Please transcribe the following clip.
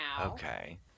Okay